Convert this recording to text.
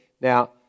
now